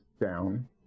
down